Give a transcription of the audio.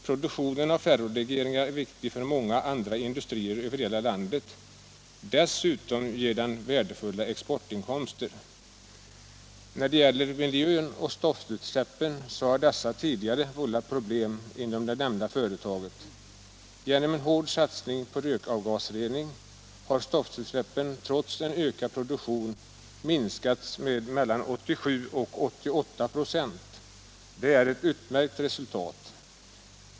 Produktionen av ferrolegeringar är viktig för många andra industrier över hela landet. Dessutom ger den värdefulla exportinkomster. Stoftutsläppen har tidigare vållat miljöproblem. Genom en hård satsning på rökgasrening har dessa utsläpp, trots en ökad produktion, minskats med mellan 87 och 88 96, ett utmärkt resultat.